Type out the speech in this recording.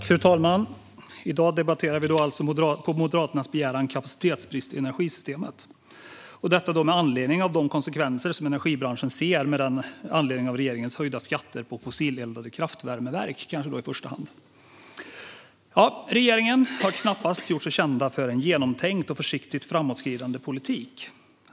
Fru talman! I dag debatterar vi på Moderaternas begäran kapacitetsbristen i energisystemet, detta med anledning av de konsekvenser som energibranschen ser av kanske i första hand regeringens höjda skatter på fossileldade kraftvärmeverk. Regeringen har knappast gjort sig känd för en genomtänkt och försiktigt framåtskridande politik.